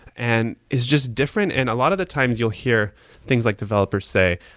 and is just different, and lot of the times you'll hear things like developers say,